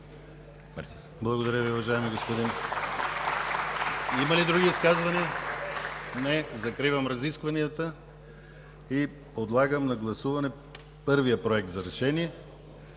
Благодаря Ви, уважаеми господин Борисов. Има ли други изказвания? Не. Закривам разискванията. Подлагам на гласуване първия: „Проект! РЕШЕНИЕ